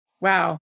Wow